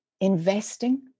investing